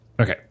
Okay